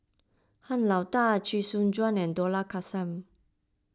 Han Lao Da Chee Soon Juan and Dollah Kassim